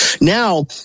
now